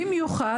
במיוחד,